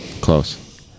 Close